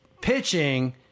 pitching—